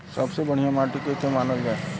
सबसे बढ़िया माटी के के मानल जा?